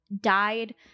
died